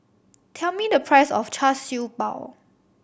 tell me the price of Char Siew Bao